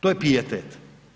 To je pijetet.